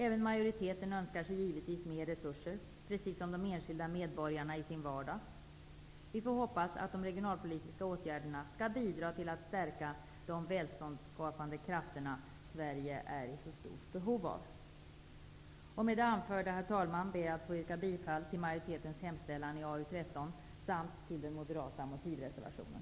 Även majoriteten önskar sig givetvis mer resurser, precis som de enskilda medborgarna i sin vardag. Vi får hoppas att de regionalpolitiska åtgärderna skall bidra till att stärka de välståndsskapande krafter som Sverige är i så stort behov av. Med det anförda, herr talman, ber jag att få yrka bifall till majoritetens hemställan i AU13 samt till den moderata motivreservationen.